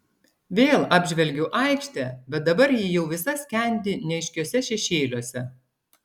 vėl apžvelgiu aikštę bet dabar ji jau visa skendi neaiškiuose šešėliuose